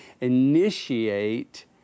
initiate